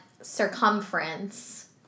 circumference